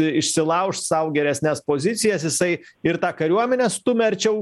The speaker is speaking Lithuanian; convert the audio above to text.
išsilaužt sau geresnes pozicijas jisai ir tą kariuomenę stumia arčiau